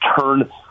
turn